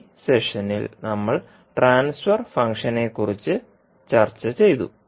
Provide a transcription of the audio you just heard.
ഈ സെഷനിൽ നമ്മൾ ട്രാൻസ്ഫർ ഫംഗ്ഷനെക്കുറിച്ച് ചർച്ച ചെയ്തു